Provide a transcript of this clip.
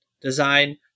design